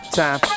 time